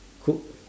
cook